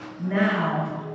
now